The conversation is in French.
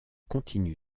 continue